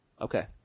Okay